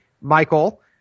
Michael